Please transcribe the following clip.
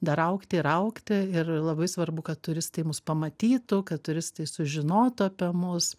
dar augti ir augti ir labai svarbu kad turistai mus pamatytų kad turistai sužinotų apie mus